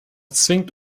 zwingt